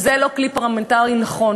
וזה לא כלי פרלמנטרי נכון.